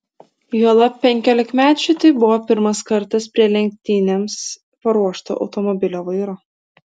juolab penkiolikmečiui tai buvo pirmas kartas prie lenktynėms paruošto automobilio vairo